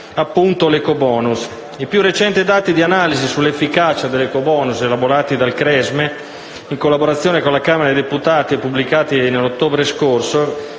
cioè l'ecobonus. I più recenti dati di analisi sull'efficacia dell'ecobonus, elaborati dal CRESME in collaborazione con la Camera dei deputati e pubblicati lo scorso